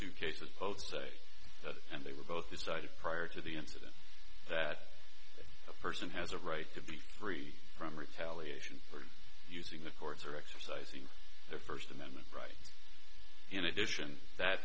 two cases both say and they were both started prior to the incident that a person has a right to be free from retaliation for using the courts or exercising their first amendment rights in addition that